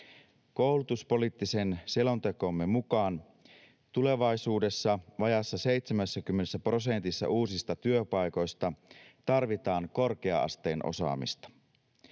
Koulutuspoliittisen selontekomme mukaan tulevaisuudessa vajaassa 70 prosentissa uusista työpaikoista tarvitaan korkea-asteen osaamista.